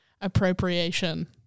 appropriation